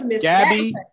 Gabby